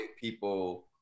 people